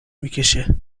میکشه